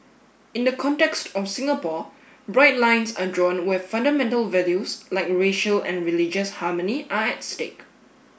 in the context of Singapore bright lines are drawn where fundamental values like racial and religious harmony are at stake